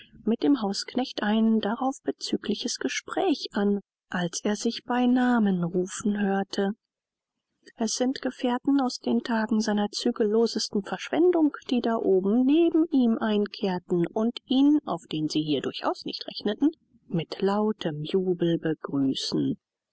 mit dem hausknecht ein darauf bezügliches gespräch an als er sich bei namen rufen hörte es sind gefährten aus den tagen seiner zügellosesten verschwendung die da oben neben ihm einkehrten und ihn auf den sie hier durchaus nicht rechneten mit lautem jubel begrüßen